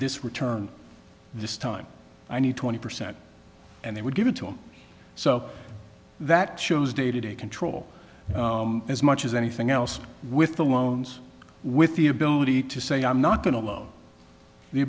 this return this time i need twenty percent and they would give it to him so that shows day to day control as much as anything else with the loans with the ability to say i'm not going to loan the